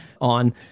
on